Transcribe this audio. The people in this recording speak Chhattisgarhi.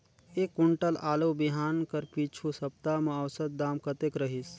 एक कुंटल आलू बिहान कर पिछू सप्ता म औसत दाम कतेक रहिस?